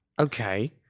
Okay